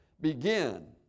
begin